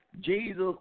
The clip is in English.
Jesus